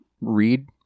read